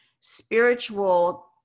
spiritual